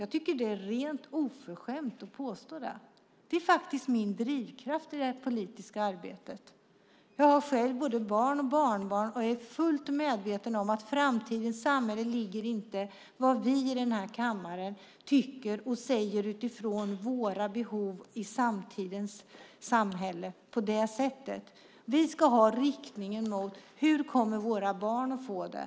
Jag tycker att det är rent oförskämt att påstå det. Det är faktiskt min drivkraft i det politiska arbetet. Jag har själv både barn och barnbarn, och jag är fullt medveten om att framtidens samhälle inte ligger i vad vi i den här kammaren tycker och säger utifrån våra behov i samtidens samhälle. Vi ska ha inriktningen på hur våra barn kommer att få det.